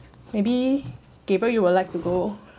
maybe gabriel you would like to go